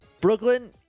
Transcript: Brooklyn